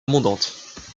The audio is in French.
abondante